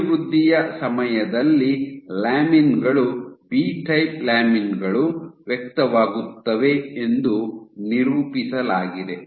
ಅಭಿವೃದ್ಧಿಯ ಸಮಯದಲ್ಲಿ ಲ್ಯಾಮಿನ್ ಗಳು ಬಿ ಟೈಪ್ ಲ್ಯಾಮಿನ್ ಗಳು ವ್ಯಕ್ತವಾಗುತ್ತವೆ ಎಂದು ನಿರೂಪಿಸಲಾಗಿದೆ